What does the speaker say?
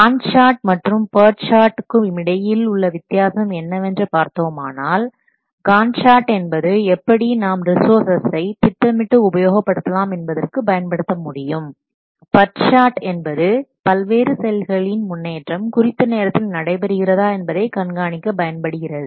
Gantt chart மற்றும் PERT சார்ட்க்கும் இடையில் உள்ள வித்தியாசம் என்னவென்று பார்த்தோமானால் காண்ட் சார்ட் என்பது எப்படி நாம் ரிஸோர்ஸ்சசை திட்டமிட்டு உபயோகப்படுத்தலாம் என்பதற்கு பயன்படுத்த முடியும் பர்ட் சார்ட் என்பது பல்வேறு செயல்களின் முன்னேற்றம் குறித்த நேரத்தில் நடைபெறுகிறதா என்பதை கண்காணிக்க பயன்படுகிறது